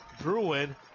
Bruin